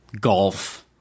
golf